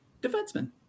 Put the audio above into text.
defenseman